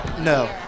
No